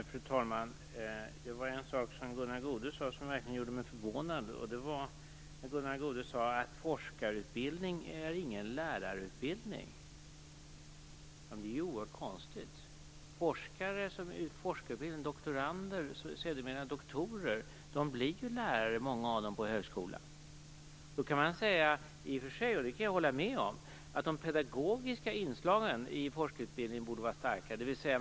Fru talman! En sak som Gunnar Goude sade gjorde mig verkligen förvånad. Han sade att forskarutbildning inte är någon lärarutbildning. Det är ju oerhört konstigt. Många av dem som går på forskarutbildningar, t.ex. doktorander som sedermera blir doktorer, blir ju lärare på högskolan. I och för sig kan man säga - och det kan jag hålla med om - att de pedagogiska inslagen i forskarutbildningen borde vara starkare.